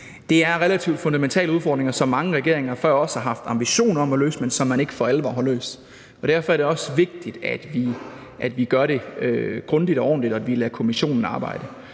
– er relativt fundamentale udfordringer, som mange regeringer før os har haft ambitioner om at løse, men som man ikke for alvor har løst. Derfor er det også vigtigt, at vi gør det grundigt og ordentligt, og at vi lader kommissionen arbejde.